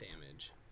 damage